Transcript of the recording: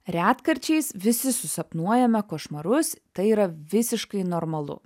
retkarčiais visi susapnuojame košmarus tai yra visiškai normalu